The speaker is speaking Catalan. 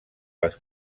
les